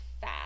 fat